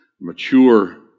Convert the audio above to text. Mature